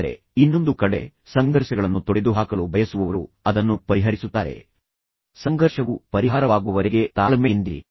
ಆದರೆ ಇನ್ನೊಂದು ಕಡೆ ಸಂಘರ್ಷಗಳನ್ನು ತೊಡೆದುಹಾಕಲು ಬಯಸುವವರು ಅದನ್ನು ಪರಿಹರಿಸುತ್ತಾರೆ ಸಂಘರ್ಷವು ಪರಿಹಾರವಾಗುವವರೆಗೆ ತಾಳ್ಮೆಯಿಂದಿರಿ